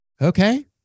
okay